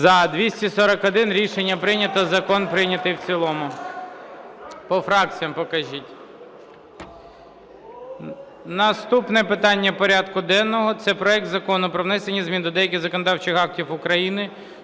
За-241 Рішення прийнято. Закон прийнятий в цілому. По фракціям покажіть. Наступне питання порядку денного – це проект Закону про внесення змін до деяких законодавчих актів України